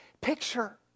picture